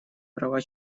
права